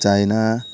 China